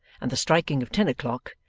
and the striking of ten o'clock,